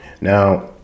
Now